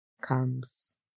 comes